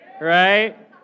right